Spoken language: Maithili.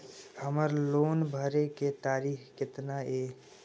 हमर लोन भरे के तारीख केतना ये?